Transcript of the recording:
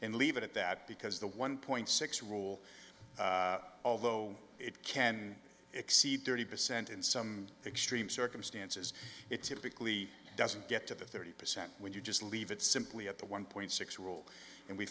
and leave it at that because the one point six rule although it can exceed thirty percent in some extreme circumstances it typically doesn't get to the thirty percent when you just leave it simply at the one point six rule and we